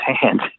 hand